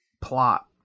plot